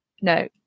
no